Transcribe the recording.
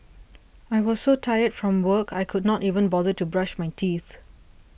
I was so tired from work I could not even bother to brush my teeth